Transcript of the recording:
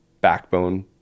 backbone